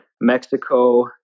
Mexico